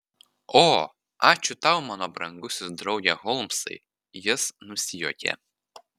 o ačiū tau mano brangusis drauge holmsai jis nusijuokė